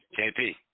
JP